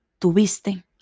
tuviste